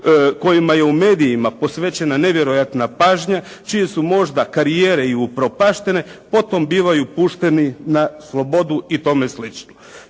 kojima je u medijima posvećena nevjerojatna pažnja čije su možda karijere i upropaštene, potom bivaju pušteni na slobodu i tome slično.